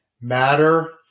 Matter